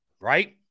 Right